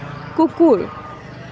কুকুৰ